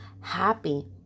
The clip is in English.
happy